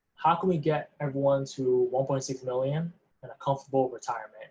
how can we get everyone to one point six million and a comfortable retirement